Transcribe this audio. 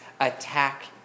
attack